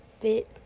fit